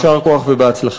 אז יישר כוח ובהצלחה.